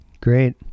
Great